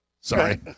Sorry